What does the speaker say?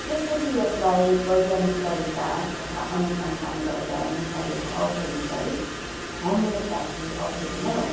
त्यपछि यसलाई वैज्ञानिक तरिका तथा अनुसन्धान गरेर निकालिएको औषधी चाहिँ होमियोप्याथी औषधी नै हो